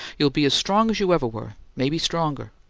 you'll be as strong as you ever were maybe stronger.